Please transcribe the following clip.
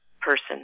person